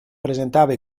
presentava